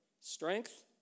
Strength